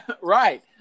Right